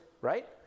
right